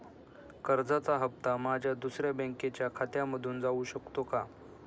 कर्जाचा हप्ता माझ्या दुसऱ्या बँकेच्या खात्यामधून जाऊ शकतो का?